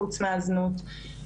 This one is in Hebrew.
חוץ מהזנות.